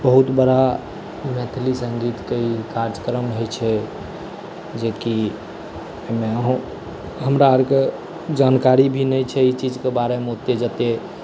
बहुत बड़ा मैथिली सङ्गीतकेँ लेल कार्यक्रम होइ छै जेकि एहिमे हमहुँ हमरा आरकेँ जानकारी भी नहि छै अहि चीजकेँ बारेमे जते